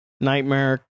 nightmare